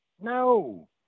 No